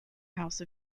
house